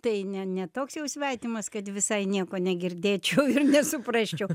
tai ne ne toks jau svetimas kad visai nieko negirdėčiau ir nesuprasčiau